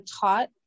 taught